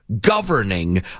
governing